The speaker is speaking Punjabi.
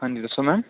ਹਾਂਜੀ ਦੱਸੋ ਮੈਮ